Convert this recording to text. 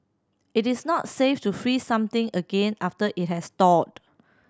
it is not safe to freeze something again after it has thawed